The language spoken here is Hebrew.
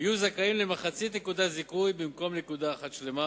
יהיו זכאים למחצית נקודת זיכוי במקום נקודה אחת שלמה,